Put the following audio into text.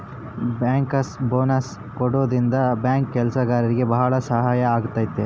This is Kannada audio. ಬ್ಯಾಂಕರ್ಸ್ ಬೋನಸ್ ಕೊಡೋದ್ರಿಂದ ಬ್ಯಾಂಕ್ ಕೆಲ್ಸಗಾರ್ರಿಗೆ ಭಾಳ ಸಹಾಯ ಆಗುತ್ತೆ